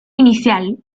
inicial